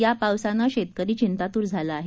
या पावसाने शेतकरी चिंतातूर झाला आहे